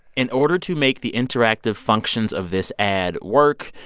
in order to make the interactive functions of this ad work,